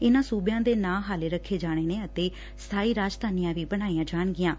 ਇਨਾਂ ਸੁਬਿਆਂ ਦੇ ਨਾਂ ਹਾਲੇ ਰੱਖੇ ਜਾਣੇ ਨੇ ਅਤੇ ਸਥਾਈ ਰਾਜਧਾਨੀਆਂ ਵੀ ਬਣਾਈਆਂ ਜਾਣੀਆਂ ਨੇ